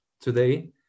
today